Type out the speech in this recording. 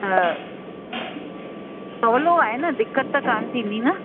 सवलो आहे न दिक़त त कान थींदी न